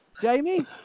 Jamie